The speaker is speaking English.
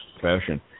fashion